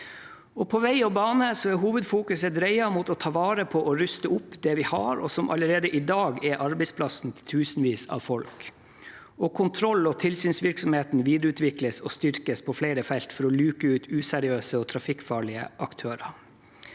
På vei og bane er hovedfokuset dreiet mot å ta vare på og ruste opp det vi har, og som allerede i dag er arbeidsplassen til tusenvis av folk. Kontroll- og tilsynsvirksomheten videreutvikles og styrkes på flere felt for å luke ut useriøse og trafikkfarlige aktører.